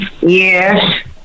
Yes